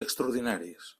extraordinaris